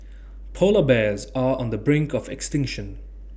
Polar Bears are on the brink of extinction